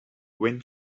when